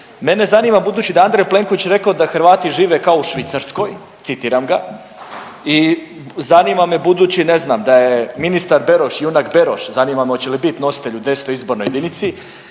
Mene zanima budući da je Andrej Plenković rekao da Hrvati žive kao u Švicarskoj, citiram ga i zanima me budući ne znam da je ministar Beroš, junak Beroš zanima me hoće li biti nositelj u 10. izbornoj jedinici